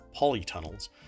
polytunnels